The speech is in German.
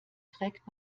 trägt